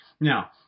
Now